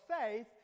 faith